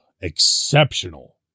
exceptional